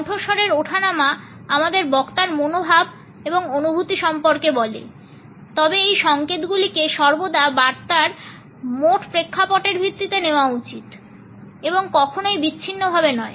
কণ্ঠস্বরের ওঠানামা আমাদের বক্তার মনোভাব এবং অনুভূতি সম্পর্কে বলে তবে এই সংকেতগুলিকে সর্বদা বার্তার মোট প্রেক্ষাপটের ভিত্তিতে নেওয়া উচিত এবং কখনই বিচ্ছিন্ন ভাবে নয়